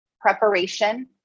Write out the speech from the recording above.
preparation